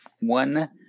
one